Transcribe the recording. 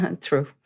True